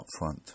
upfront